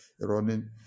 running